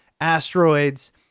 asteroids